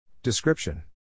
Description